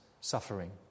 suffering